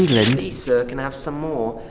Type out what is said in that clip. england, please sir, can i have some more.